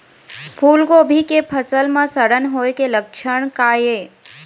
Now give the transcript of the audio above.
फूलगोभी के फसल म सड़न होय के लक्षण का ये?